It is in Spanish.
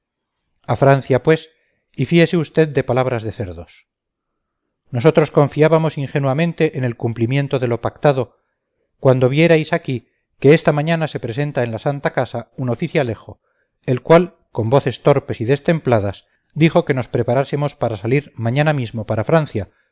a francia pues y fíese usted de palabras de cerdos nosotros confiábamos ingenuamente en el cumplimiento de lo pactado cuando vierais aquí que esta mañana se presenta en la santa casa un oficialejo el cual con voces torpes y destempladas dijo que nos preparásemos para salir mañana mismo para francia